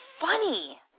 funny